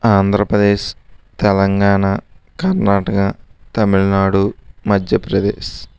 Andhra Pradesh Telangana Karnataka Tamil Nadu Madhya Pradesh